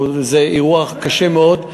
זה אירוע קשה מאוד,